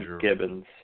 Gibbons